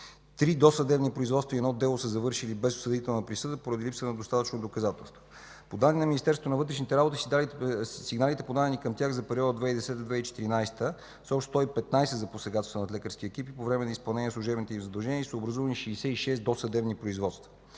Три досъдебни производства и едно дело са завършили без осъдителна присъда поради липса на достатъчно доказателства. По данни на Министерството на вътрешните работи сигналите, подадени към тях за периода 2010 – 2014 г., са общо 115 за посегателства над лекарски екипи по време на изпълнение на служебните им задължения и са образувани 66 досъдебни производства.